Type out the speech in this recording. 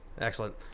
Excellent